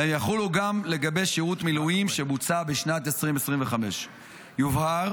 והן יחולו גם לגבי שירות מילואים שבוצע בשנת 2025. יובהר